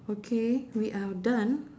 okay we are done